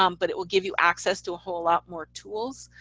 um but it will give you access to a whole lot more tools.